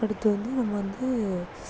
அடுத்து வந்து நம்ம வந்து